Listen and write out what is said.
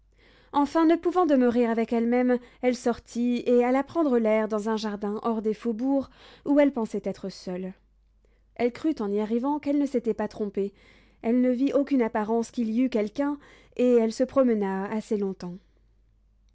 enfin ne pouvant demeurer avec elle-même elle sortit et alla prendre l'air dans un jardin hors des faubourgs où elle pensait être seule elle crut en y arrivant qu'elle ne s'était pas trompée elle ne vit aucune apparence qu'il y eût quelqu'un et elle se promena assez longtemps